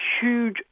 huge